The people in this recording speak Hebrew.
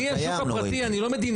אני השוק הפרטי, אני לא מדינה.